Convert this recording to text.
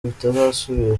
bitazasubira